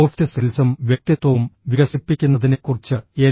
soft സ്കിൽസും വ്യക്തിത്വവും വികസിപ്പിക്കുന്നതിനെക്കുറിച്ച് എൻ